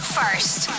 first